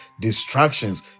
distractions